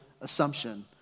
assumption